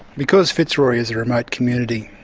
because fitzroy is a remote community,